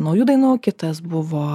naujų dainų o kitas buvo